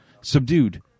Subdued